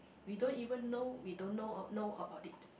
we don't even know we don't know know about it